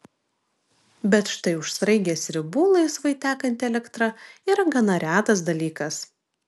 bet štai už sraigės ribų laisvai tekanti elektra yra gana retas dalykas